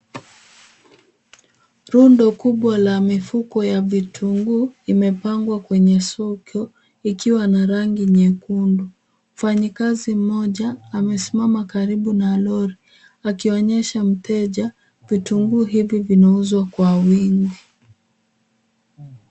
Rundo kubwa la mifuko ya vitunguu imepangwa kwenye soko ikiwa na rangi nyekundu. Mfanyikazi mmoja amesimama karibu na lori akionyesha mteja vitunguu hivi vinauzwa kwa wingi.